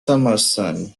summerson